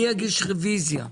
אני אגיש רוויזיה.